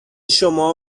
شما